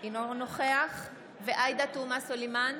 אינו נוכח עאידה תומא סלימאן,